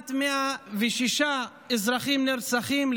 לעומת 106 אזרחים נרצחים,